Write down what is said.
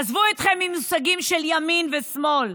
עזבו אתכם ממושגים של ימין ושמאל,